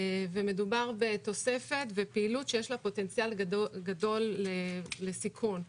מדובר בתוספת ופעילות שיש לה פוטנציאל גדול לסיכון.